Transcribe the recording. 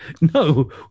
No